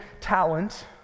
talent